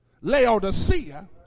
Laodicea